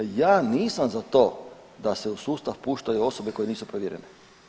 Ja nisam za to da se u sustav puštaju osobe koje nisu provjerene.